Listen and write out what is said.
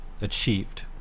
achieved